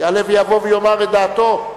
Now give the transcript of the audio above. יעלה ויבוא ויאמר את דעתו.